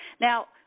Now